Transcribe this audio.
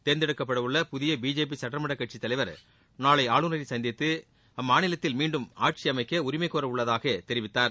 தேர்ந்தெடுக்கப்படவுள்ள புதிய பிஜேபி சட்ட மன்ற கட்சித் தலைவர் நாளை ஆளுநரை சந்தித்து அம்மாநிலத்தின் மீண்டும் ஆட்சி அமைக்க உரிமை கோரவுள்ளதாக தெரிவித்தார்